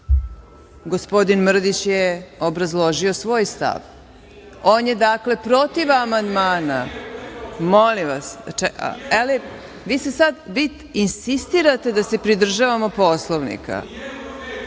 gospodin Mrdić je obrazložio svoj stav. On je protiv amandmana. Vi insistirate da se pridržavamo Poslovnika.